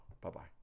Bye-bye